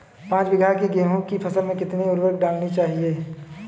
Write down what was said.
पाँच बीघा की गेहूँ की फसल में कितनी उर्वरक डालनी चाहिए?